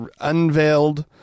unveiled